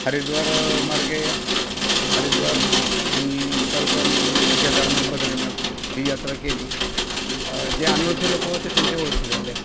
हरिद्वार मार्गे हरिद्वार आणि परत आम्ही केदारनाथ बद्रीनाथ ही यात्रा केली जे अनोळखी लोकं होते त्यांच्या ओळखी झाल्या